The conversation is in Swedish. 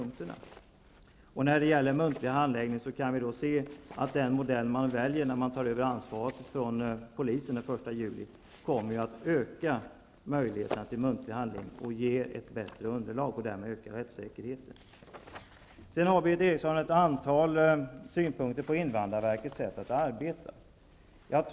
När det gäller muntlig handläggning kommer den modell som man på invandrarverket väljer, när man tar över ansvaret från polisen den 1 juli, att öka möjligheterna till muntlig handläggning, ge ett bättre underlag och därmed öka rättssäkerheten. Berith Eriksson hade ett antal synpunkter på invandrarverkets sätt att arbeta.